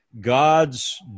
God's